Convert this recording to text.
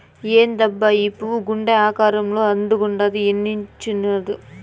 ఏందబ్బా ఈ పువ్వు గుండె ఆకారంలో అందంగుండాది ఏన్నించొచ్చినాది